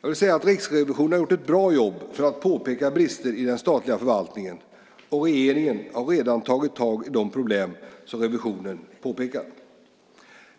Jag vill säga att Riksrevisionen gjort ett bra jobb för att påpeka brister i den statliga förvaltningen, och regeringen har redan tagit tag i de problem som revisionen påpekat.